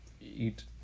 eat